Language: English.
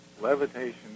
levitation